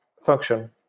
function